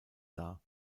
dar